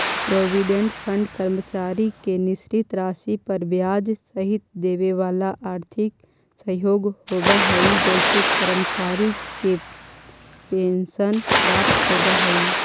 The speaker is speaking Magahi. प्रोविडेंट फंड कर्मचारी के निश्चित राशि पर ब्याज सहित देवेवाला आर्थिक सहयोग होव हई जेसे कर्मचारी के पेंशन प्राप्त होव हई